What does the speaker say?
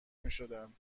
میشدن